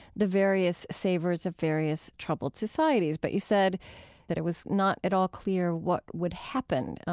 the various savers of various troubled societies. but you said that it was not at all clear what would happen,